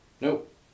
nope